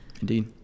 Indeed